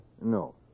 No